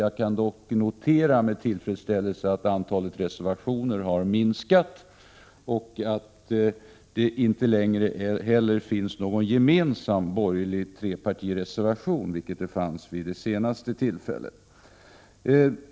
Jag kan dock med tillfredsställelse notera att antalet reservationer har minskat och att det inte längre finns någon gemensam borgerlig trepartireservation, vilket det fanns vid det förra tillfället.